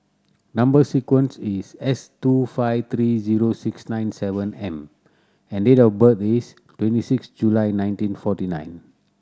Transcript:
number sequence is S two five three zero six nine seven M and date of birth is twenty six July nineteen forty nine